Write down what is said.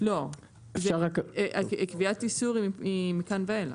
לא, קביעת איסור היא מכאן ואילך.